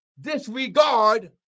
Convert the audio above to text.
disregard